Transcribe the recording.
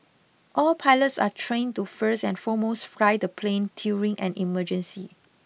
all pilots are trained to first and foremost fly the plane during an emergency